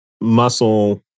muscle